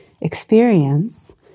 experience